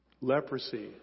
Leprosy